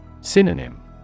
Synonym